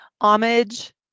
homage